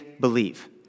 believe